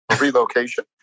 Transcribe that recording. relocation